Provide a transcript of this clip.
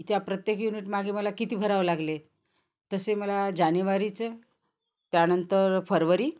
त्या प्रत्येक युनिटमागे मला किती भरावं लागले तसे मला जानेवारीचं त्यानंतर फरवरी